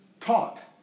taught